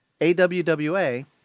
AWWA